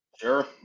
sure